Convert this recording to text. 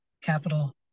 capital